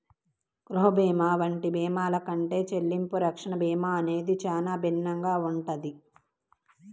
గృహ భీమా వంటి భీమాల కంటే చెల్లింపు రక్షణ భీమా అనేది చానా భిన్నంగా ఉంటది